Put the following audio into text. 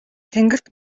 тэнгэрт